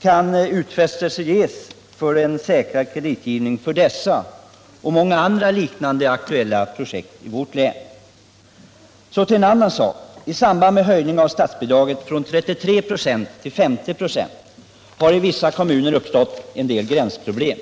Kan utfästelse ges för en säkrare kreditgivning för dessa och många = förbättra sysselsättandra aktuella projekt i vårt län? ningsläget för I samband med höjningen av statsbidraget från 33 till 50 96 har i vissa — byggnadsarbetare i kommuner uppstått en del gränsproblem.